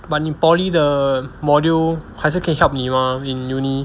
but 你 poly 的 module 还是可以 help 你 mah in uni